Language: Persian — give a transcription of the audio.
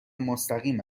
مستقیم